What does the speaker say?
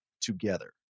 together